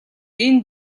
энэ